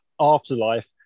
afterlife